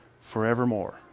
forevermore